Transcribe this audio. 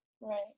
Right